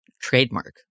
trademark